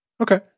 okay